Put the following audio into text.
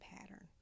pattern